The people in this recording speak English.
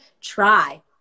try